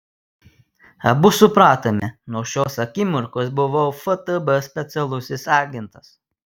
abu supratome nuo šios akimirkos buvau ftb specialusis agentas